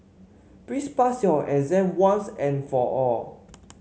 please pass your exam once and for all